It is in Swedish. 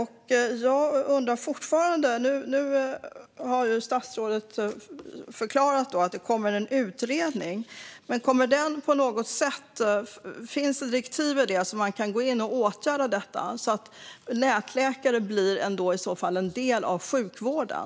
Statsrådet har förklarat att det kommer en utredning, men jag undrar om den på något sätt kommer att få direktiv som kan leda till åtgärder för att nätläkarna på riktigt ska bli en del av sjukvården.